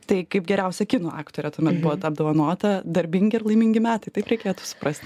tai kaip geriausia kino aktorė tuomet buvot apdovanota darbingi ir laimingi metai taip reikėtų suprasti